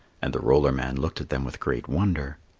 and the roller-man looked at them with great wonder.